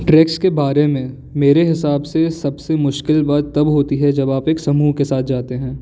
tracks के बारे में मेरे हिसाब से सब से मुश्किल बात तब होती है जब आप एक समूह के साथ जाते हैं